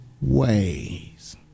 ways